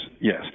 Yes